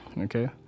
Okay